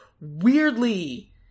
weirdly